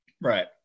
Right